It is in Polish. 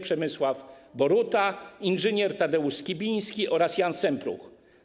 Przemysław Boruta, inż. Tadeusz Skibiński oraz Jan Sempruch.